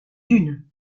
dune